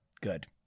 Good